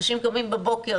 אנשים קמים בבוקר,